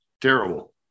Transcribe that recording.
terrible